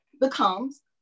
becomes